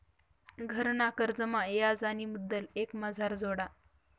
घरना कर्जमा याज आणि मुदल एकमाझार जोडा